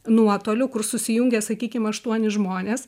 nuotoliu kur susijungia sakykim aštuoni žmonės